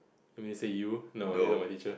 you want me to say you no you not my teacher